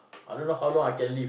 I don't how long I can live